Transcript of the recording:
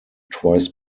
twice